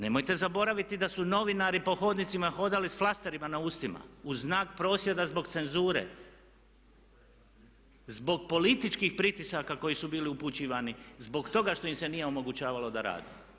Nemojte zaboraviti da su novinari po hodnicima hodali s flasterima na ustima u znak prosvjeda zbog cenzure, zbog političkih pritisaka koji su bili upućivani, zbog toga što im se nije omogućavalo da rade.